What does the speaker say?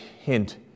hint